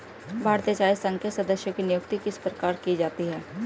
भारतीय चाय संघ के सदस्यों की नियुक्ति किस प्रकार की जाती है?